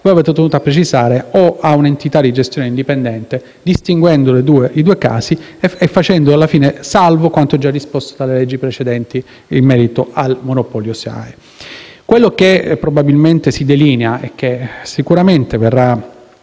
voi avete tenuto a precisare «o a un'entità di gestione indipendente», distinguendo i due casi e facendo alla fine salvo quanto già disposto dalle leggi precedenti in merito al monopolio SIAE. Quello che probabilmente si delinea dalle parole che